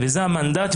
זה המנדט,